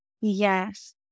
Yes